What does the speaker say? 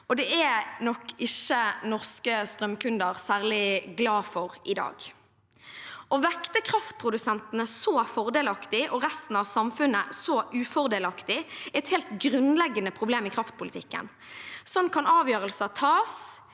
Det er nok ikke norske strømkunder særlig glad for i dag. Å vekte kraftprodusentene så fordelaktig og resten av samfunnet så ufordelaktig er et helt grunnleggende problem i kraftpolitikken. Slik kan avgjørelser tas